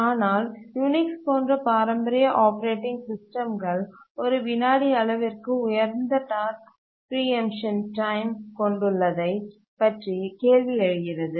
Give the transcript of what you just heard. ஆனால் யுனிக்ஸ் போன்ற பாரம்பரிய ஆப்பரேட்டிங் சிஸ்டம்கள் ஒரு விநாடி அளவிற்கு உயர்ந்த டாஸ்க் பிரீஎம்ட்ஷன் டைம் கொண்டுள்ளதை பற்றி கேள்வி எழுகிறது